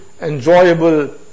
enjoyable